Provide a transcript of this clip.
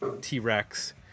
T-Rex